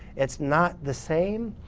it's not the same.